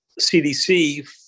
CDC